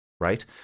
right